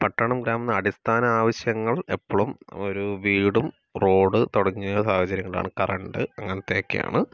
പട്ടണം ഗ്രാമ് അടിസ്ഥാന ആവശ്യങ്ങൾ എപ്പളും ഒരു വീടും റോഡ് തുടങ്ങിയ സാഹചര്യങ്ങളാണ് കറൻറ്റ് അങ്ങൻത്തെക്കെയാണ്